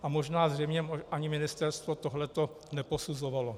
A možná zřejmě ani ministerstvo tohle to neposuzovalo.